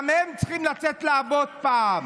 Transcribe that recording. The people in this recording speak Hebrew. גם הם צריכים לצאת לעבוד פעם.